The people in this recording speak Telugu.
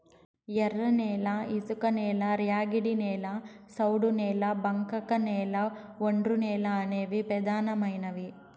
ఎర్రనేల, ఇసుకనేల, ర్యాగిడి నేల, సౌడు నేల, బంకకనేల, ఒండ్రునేల అనేవి పెదానమైనవి